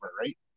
right